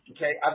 Okay